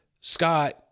Scott